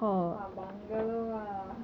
!wah! bungalow ah